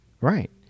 Right